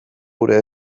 gure